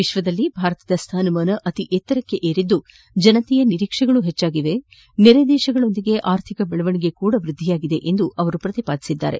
ವಿಶ್ವದಲ್ಲಿ ಭಾರತದ ಸ್ಲಾನಮಾನ ಅತಿ ಎತ್ತರಕ್ಕೆ ಏರಿದ್ದು ಜನತೆಯ ನಿರೀಕ್ಷೆಗಳು ಹೆಚ್ಚಾಗಿವೆ ನೆರೆ ದೇಶಗಳ ಜೊತೆ ಆರ್ಥಿಕ ಬೆಳವಣಿಗೆಯೂ ವ್ವದ್ದಿಯಾಗಿದೆ ಎಂದು ಅವರು ಪ್ರತಿಪಾದಿಸಿದರು